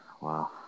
wow